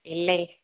இல்லை